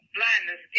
Blindness